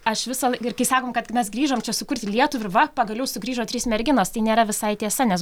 aš visą ir kai sakom kad mes grįžom čia sukurti lietuvą ir va pagaliau sugrįžo trys merginos tai nėra visai tiesa nes